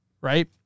right